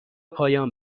پایان